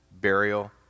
burial